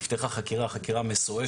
נפתחה חקירה מסועפת.